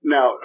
Now